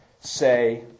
say